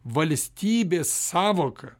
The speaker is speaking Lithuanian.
valstybės sąvoka